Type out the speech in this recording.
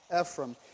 Ephraim